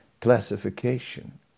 classification